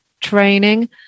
training